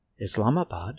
Islamabad